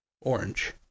orange